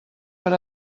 per